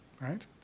right